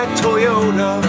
toyota